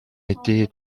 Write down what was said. été